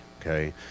okay